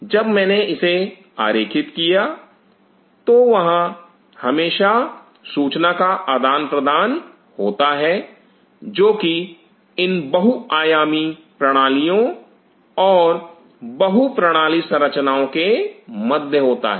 जब मैंने इसे आरेखित किया तो वहां हमेशा सूचना का आदान प्रदान होता है जो कि इन बहुआयामी प्रणालियों और बहु प्रणाली संरचनाओं के मध्य होता है